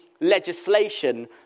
legislation